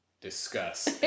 discuss